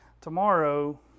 tomorrow